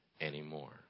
anymore